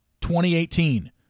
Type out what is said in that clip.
2018